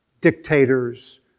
dictators